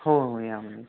हो या महिन्याच्या